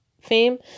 fame